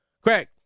Craig